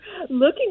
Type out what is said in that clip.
looking